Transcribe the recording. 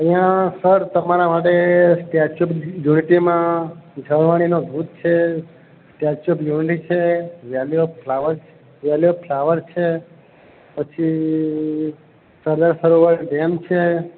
અહીંયા સર તમારા માટે સ્ટેચ્યુ ઓફ યુનિટીમાં ઝરવાણીનો ધોધ છે સ્ટેચ્યુ ઓફ યુનિટી છે Valley of Flower Valley of Flower છે પછી સરદાર સરોવર ડેમ છે